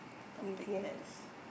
topic that is